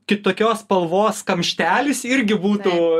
kitokios spalvos kamštelis irgi būtų